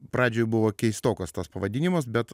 pradžioj buvo keistokas tas pavadinimas bet